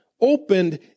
opened